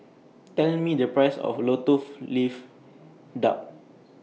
Tell Me The Price of Lotus of Leaf Duck